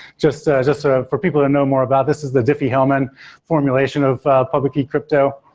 just just sort of for people to know more about this is the diffie-hellman formulation of public key crypto.